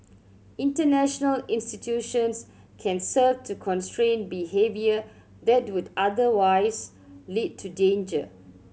international institutions can serve to constrain behaviour that would otherwise lead to danger